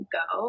go